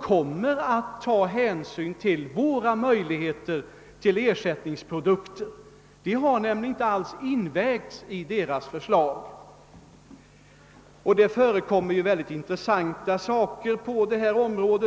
kommer att ta hänsyn till våra möjligheter att skapa ersättningsprodukter. Det har nämligen inte alls invägts i deras förslag. Det förekommer intressanta saker på detta område.